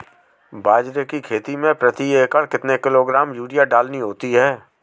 बाजरे की खेती में प्रति एकड़ कितने किलोग्राम यूरिया डालनी होती है?